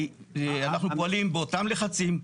אנחנו פועלים באותם לחצים,